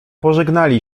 pożegnali